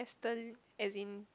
hasten as in